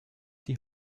die